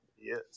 Yes